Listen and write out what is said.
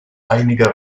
einige